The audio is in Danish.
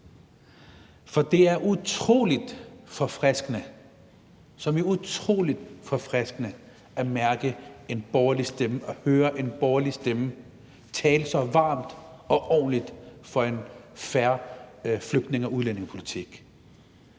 – som i utrolig forfriskende – at mærke en borgerlig stemme, at høre en borgerlig stemme tale så varmt og ordentligt for en fair flygtninge- og udlændingepolitik.